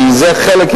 כי זה חלק,